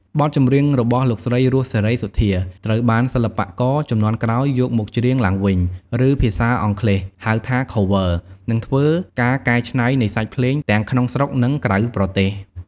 បទចម្រៀងរបស់លោកស្រី រស់ សេរីសុទ្ធា ត្រូវបាន សិល្បករជំនាន់ក្រោយយកមកច្រៀងឡើងវិញ ឬភាសាអង់គ្លេស ហៅថា Cover និងធ្វើ ការកែច្នៃនៃសាច់ភ្លេង ទាំងក្នុងស្រុក និងក្រៅប្រទេស។